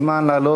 אתה מוזמן לעלות.